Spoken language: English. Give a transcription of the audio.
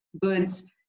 goods